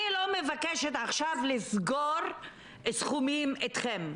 אני לא מבקשת עכשיו לסגור סכומים אתכם.